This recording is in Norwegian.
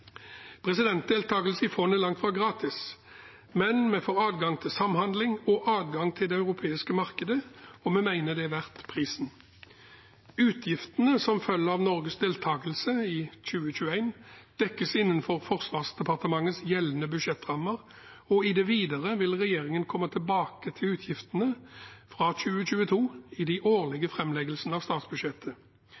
i fondet er langt fra gratis, men vi får adgang til samhandling og adgang til det europeiske markedet, og vi mener det er verdt prisen. Utgiftene som følger av Norges deltakelse i 2021, dekkes innenfor Forsvarsdepartementets gjeldende budsjettrammer. I det videre, fra 2022, vil regjeringen komme tilbake til utgiftene i de årlige